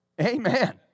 Amen